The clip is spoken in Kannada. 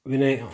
ವಿನಯ